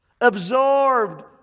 absorbed